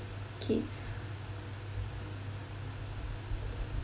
okay